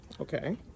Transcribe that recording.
Okay